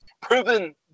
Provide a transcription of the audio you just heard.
proven